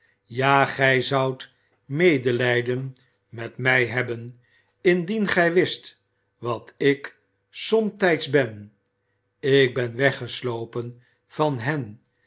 ja gij zoudt medelijden met mij hebben indien gij wist wat ik somtijds ben ik ben wegges open van hen